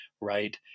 right